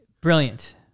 brilliant